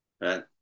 Right